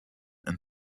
and